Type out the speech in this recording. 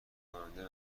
کننده